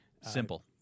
Simple